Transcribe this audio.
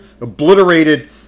Obliterated